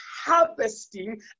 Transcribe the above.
harvesting